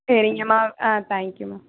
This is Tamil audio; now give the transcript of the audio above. சரிங்கம்மா ஆ தேங்க்யூம்மா